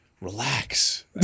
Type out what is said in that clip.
relax